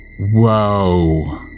Whoa